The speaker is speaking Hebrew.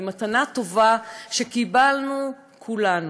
היא מתנה טובה שקיבלנו כולנו,